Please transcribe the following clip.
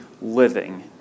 living